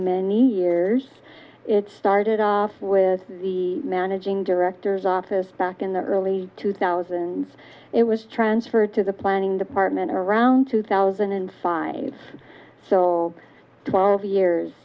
many years it started off with the managing directors office back in the early two thousand it was transferred to the planning department around two thousand and five so twelve years